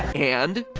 and